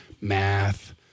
math